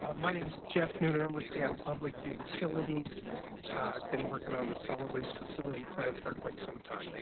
um my name is jeff neuner and with seattle public utilities. i've been working on this solid waste facility plan for quite some time.